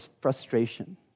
frustration